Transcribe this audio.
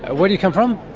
where do you come from?